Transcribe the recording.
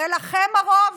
הרי לכם הרוב